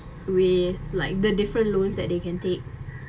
with like the different loans that they can take